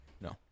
no